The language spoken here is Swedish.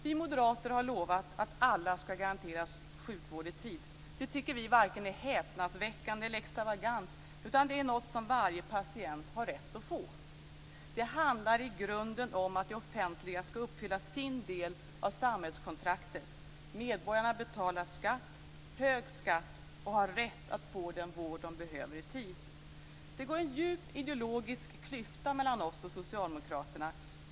Vi moderater har lovat att alla skall garanteras sjukvård i tid. Det tycker vi varken är häpnadsväckande eller extravagant, utan det är något som varje patient har rätt att få. Det handlar i grunden om att det offentliga skall uppfylla sin del av samhällskontraktet. Medborgarna betalar skatt - hög skatt - och har rätt att få den vård de behöver i tid. Det går en djup ideologisk klyfta mellan oss och socialdemokraterna.